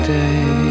day